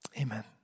Amen